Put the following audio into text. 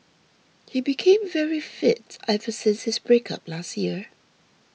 he became very fit ever since his breakup last year